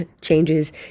changes